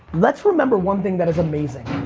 let's remember one thing that is amazing.